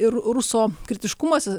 ir ruso kritiškumas